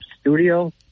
studio